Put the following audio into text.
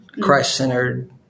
Christ-centered